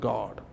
God